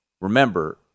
Remember